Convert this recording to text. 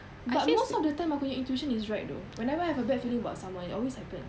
but most of the time aku punya intuition is right though whenever I have a bad feeling about someone it always happens